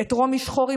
את רומי שחורי,